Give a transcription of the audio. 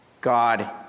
God